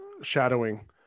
shadowing